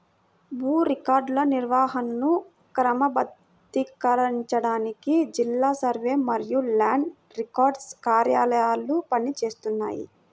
భూ రికార్డుల నిర్వహణను క్రమబద్ధీకరించడానికి జిల్లా సర్వే మరియు ల్యాండ్ రికార్డ్స్ కార్యాలయాలు పని చేస్తున్నాయి